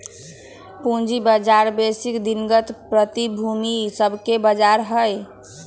पूजी बजार बेशी दिनगत प्रतिभूति सभके बजार हइ